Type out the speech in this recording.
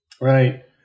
Right